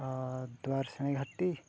ᱟᱨ ᱫᱩᱣᱟᱨᱥᱤᱱᱤ ᱜᱷᱟᱴᱤ